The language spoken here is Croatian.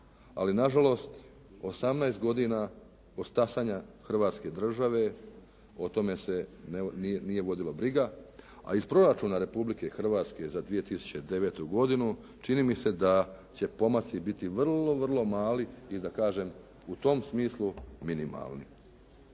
ali nažalost 18 godina od stasanja Hrvatske države o tome se nije vodila briga, a iz proračuna Republike Hrvatske za 2009. godinu čini mi se da će pomaci biti vrlo, vrlo mali i da kažem u tom smislu minimalni.